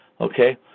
Okay